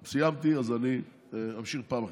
סיימתי, אז אני אמשיך בפעם אחרת.